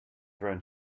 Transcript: thrown